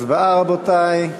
הצבעה, רבותי.